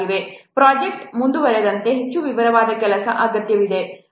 project ಮುಂದುವರೆದಂತೆ ಹೆಚ್ಚು ವಿವರವಾದ ಕೆಲಸದ ಅಗತ್ಯವಿದೆ